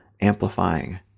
amplifying